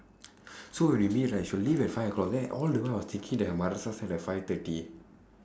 so when we meet right she'll leave at five o'clock then all the while I was thinking that her mother at like five thirty